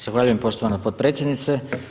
Zahvaljujem poštovana potpredsjednice.